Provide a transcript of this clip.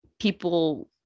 people